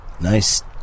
nice